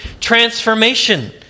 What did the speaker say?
transformation